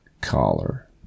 collar